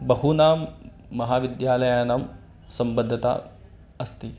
बहूनां महाविद्यालयानां सम्बद्धता अस्ति